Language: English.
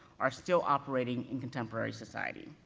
are still operating in contemporary society.